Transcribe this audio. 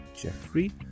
Jeffrey